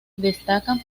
destacan